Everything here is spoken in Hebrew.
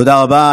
תודה רבה.